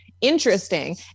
Interesting